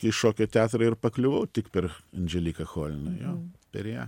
į šokio teatrą ir pakliuvau tik per andželiką choliną jo per ją